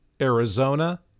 Arizona